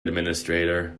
administrator